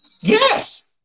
Yes